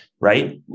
right